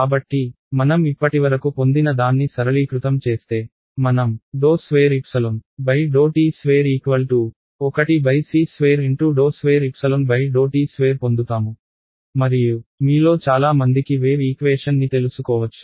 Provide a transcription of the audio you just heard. కాబట్టి మనం ఇప్పటివరకు పొందిన దాన్ని సరళీకృతం చేస్తే మనం∂2∂tx 1c2∂2∂t2 పొందుతాము మరియు మీలో చాలా మందికి వేవ్ ఈక్వేషన్ ని తెలుసుకోవచ్చు